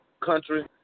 country